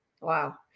Wow